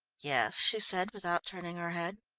yes, she said without turning her head.